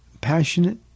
passionate